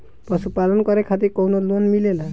पशु पालन करे खातिर काउनो लोन मिलेला?